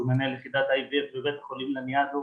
שהוא מנהל יחידת ivf בבית חולים לניאדו